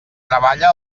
treballa